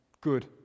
good